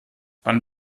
wann